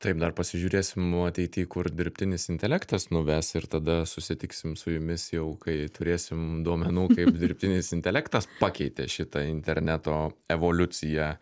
taip dar pasižiūrėsim nuo ateitį kur dirbtinis intelektas nuves ir tada susitiksim su jumis jau kai turėsim duomenų kaip dirbtinis intelektas pakeitė šitą interneto evoliuciją